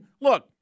look